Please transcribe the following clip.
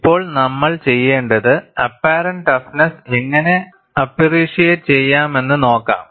ഇപ്പോൾ നമ്മൾ ചെയ്യേണ്ടത് അപ്പാറെന്റ് ടഫ്നെസ്സ് എങ്ങനെ അപ്പ്റിഷിയേറ്റ് ചെയ്യാമെന്ന് നോക്കാം